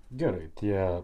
gerai tie